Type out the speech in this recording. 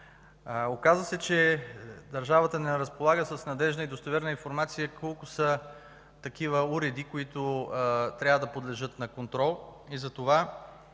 Оказва се, че държавата не разполага с надеждна и достоверна информация колко са такива уреди, които подлежат на контрол. Затова